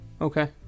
Okay